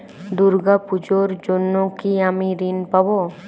দুর্গা পুজোর জন্য কি আমি ঋণ পাবো?